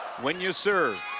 when you serve.